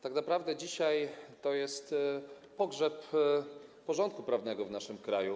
Tak naprawdę dzisiaj to jest pogrzeb porządku prawnego w naszym kraju.